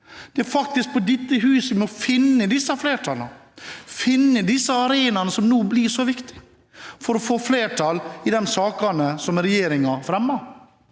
Det er faktisk i dette hus vi må finne disse flertallene, finne disse arenaene som nå blir så viktige, for å få flertall i de sakene som regjeringen fremmer.